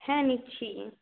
হ্যাঁ নিচ্ছি